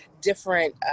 different